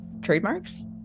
Trademarks